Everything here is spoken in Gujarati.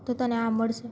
તો તને આ મળશે